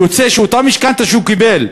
יוצא שאותה משכנתה שהוא קיבל,